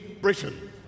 Britain